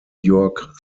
york